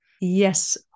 Yes